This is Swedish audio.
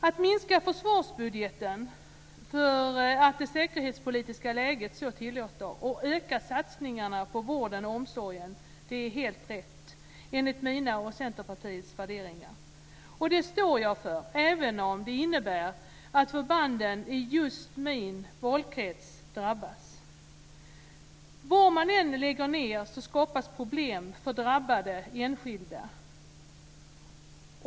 Att minska försvarsbudgeten därför att det säkerhetspolitiska läget så tillåter och att öka satsningarna på vård och omsorg är helt rätt enligt mina och Centerpartiets värderingar. Detta står jag för, även om det innebär att förbanden i just min valkrets drabbas. Var man än lägger ned skapas problem för drabbade enskilda.